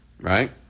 Right